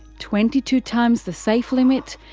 twenty two times the safe limit,